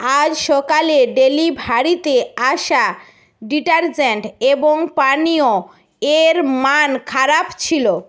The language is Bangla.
আজ সকালে ডেলিভারিতে আসা ডিটারজেন্ট এবং পানীয় এর মান খারাপ ছিল